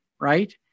right